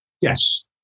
Yes